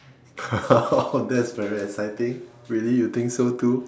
that's very exciting really you think so too